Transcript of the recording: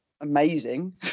amazing